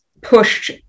pushed